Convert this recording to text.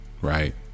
right